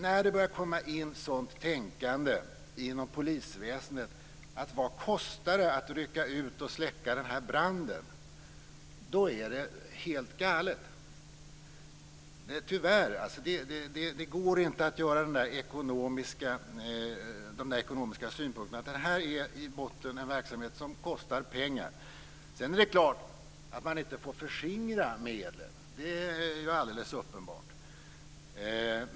När det börjar komma in sådant tänkande inom polisväsendet att man frågar vad det kostar att rycka ut och släcka en brand, då är det helt galet. Tyvärr går det inte att ha sådana ekonomiska synpunkter. Detta är i botten en verksamhet som kostar pengar. Sedan är det klart att man inte får förskingra medel. Det är alldeles uppenbart.